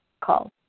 call